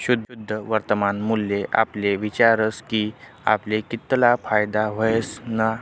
शुद्ध वर्तमान मूल्य आपले विचारस की आपले कितला फायदा व्हयना